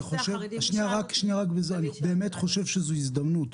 אני באמת חושב שזאת הזדמנות,